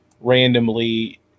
randomly